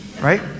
Right